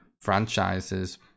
franchises